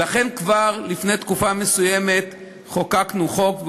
לכן כבר לפני תקופה מסוימת חוקקנו חוק,